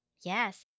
Yes